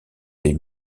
des